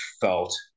felt